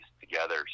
together